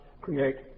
create